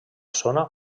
zona